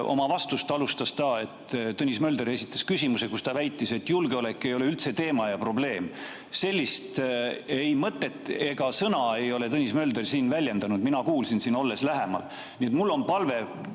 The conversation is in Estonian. oma vastust alustas ta [sõnadega], et Tõnis Mölder esitas küsimuse, kus ta väitis, et julgeolek ei ole üldse teema ja probleem. Sellist mõtet ega sõna ei ole Tõnis Mölder siin väljendanud, mina kuulsin siin, olles lähemal.